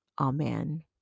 Amen